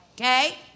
Okay